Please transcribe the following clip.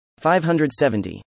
570